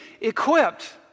equipped